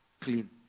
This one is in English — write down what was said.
clean